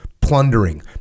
plundering